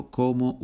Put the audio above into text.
como